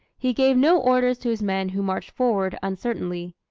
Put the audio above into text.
he gave no orders to his men who marched forward uncertainly.